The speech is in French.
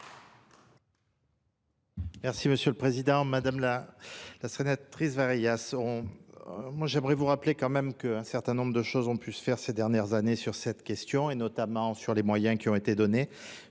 Merci Monsieur le Président. Madame la sénatrice Vareillas, j'aimerais vous rappeler quand même qu'un certain nombre de choses ont pu se faire ces dernières années sur cette question et notamment sur les moyens qui ont été donnés.